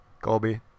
Colby